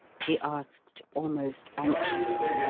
he asked, almost anxiously.